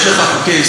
יש לך חוקי-יסוד,